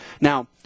now